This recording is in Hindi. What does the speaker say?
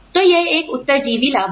तो यह एक उत्तरजीवी लाभ है